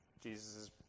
Jesus